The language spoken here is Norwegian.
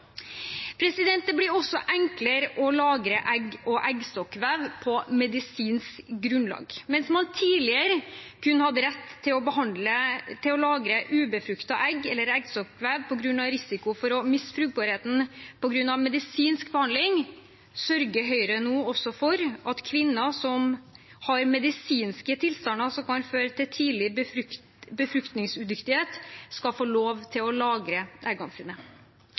Det blir også enklere å lagre egg og eggstokkvev på medisinsk grunnlag. Mens man tidligere kun hadde rett til å lagre ubefruktede egg eller eggstokkvev på grunn av risiko for å miste fruktbarheten på grunn av medisinsk behandling, sørger Høyre nå også for at kvinner som har medisinske tilstander som kan føre til tidlig befruktningsudyktighet, skal få lov til å lagre